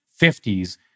50s